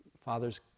father's